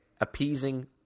appeasing